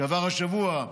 שעבר השבוע,